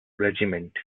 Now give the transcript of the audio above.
regiment